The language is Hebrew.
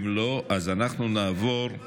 אז אנחנו נעבור להצבעה.